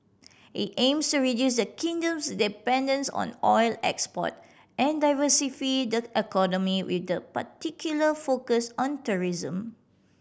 it aims to reduce the Kingdom's dependence on oil export and diversify the economy with a particular focus on tourism